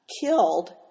killed